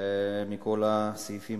מכל הסעיפים